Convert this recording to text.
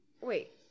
wait